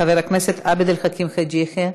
חבר הכנסת עבד אל חכים חאג' יחיא,